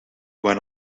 went